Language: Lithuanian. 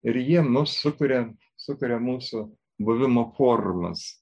ir jie mus sukuria sukuria mūsų buvimo formas